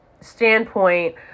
standpoint